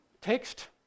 text